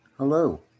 Hello